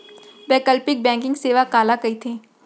वैकल्पिक बैंकिंग सेवा काला कहिथे?